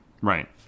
Right